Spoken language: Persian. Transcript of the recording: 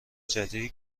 جدیدی